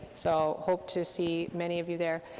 so hope to see many of you there,